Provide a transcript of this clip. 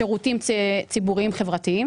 שירותים ציבוריים חברתיים